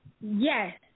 Yes